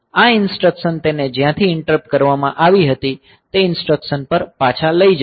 આ ઇન્સ્ટ્રક્સન તેને જ્યાંથી ઈંટરપ્ટ કરવામાં આવી હતી તે ઇન્સ્ટ્રક્સન પર પાછા લઈ જશે